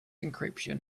encryption